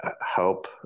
help